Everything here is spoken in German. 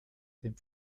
dem